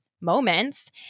moments